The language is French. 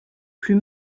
plus